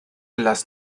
las